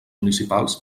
municipals